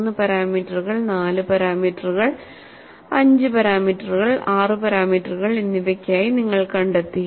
3 പാരാമീറ്ററുകൾ 4 പാരാമീറ്ററുകൾ 5 പാരാമീറ്ററുകൾ 6 പാരാമീറ്ററുകൾ എന്നിവയ്ക്കായി നിങ്ങൾ കണ്ടെത്തി